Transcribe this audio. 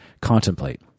contemplate